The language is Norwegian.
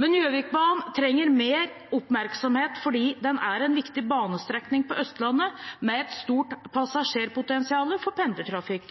Men Gjøvikbanen trenger mer oppmerksomhet, for den er en viktig banestrekning på Østlandet med et stort passasjerpotensial for pendlertrafikk.